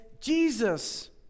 Jesus